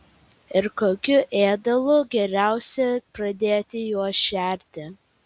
ir kokiu ėdalu geriausia pradėti juos šerti